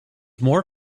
more